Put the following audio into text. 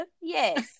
yes